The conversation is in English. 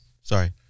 Sorry